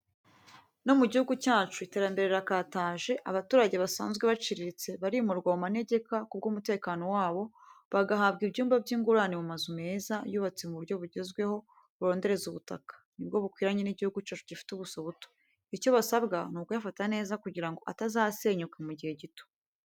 No mu gihugu cyacu iterambere rirakataje, abaturage basanzwe baciriritse, barimurwa mu manegeka ku bw'umutekano wabo, bagahabwa ibyumba by'ingurane mu mazu meza, yubatse mu buryo bugezweho burondereza ubutaka, ni bwo bukwiranye n'igihugu cyacu gifite ubuso buto. Icyo basabwa ni ukuyafata neza kugira ngo atazasenyuka mu gihe gito.